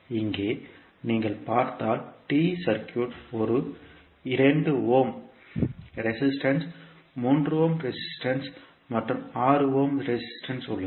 எனவே இங்கே நீங்கள் பார்த்தால் T சர்க்யூட் ஒரு 2 ஓம் ரெசிஸ்டன்ஸ் 3 ஓம் ரெசிஸ்டன்ஸ் மற்றும் 6 ஓம் ரெசிஸ்டன்ஸ் உள்ளது